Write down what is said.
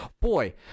Boy